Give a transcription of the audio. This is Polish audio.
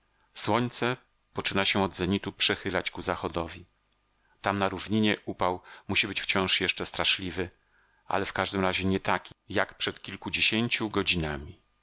słońce poczyna się od zenitu przechylać ku zachodowi tam na równinie upał musi być wciąż jeszcze straszliwy ale w każdym razie nie taki jak przed kilkudziesięciu godzinami